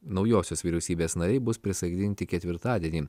naujosios vyriausybės nariai bus prisaikdinti ketvirtadienį